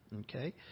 okay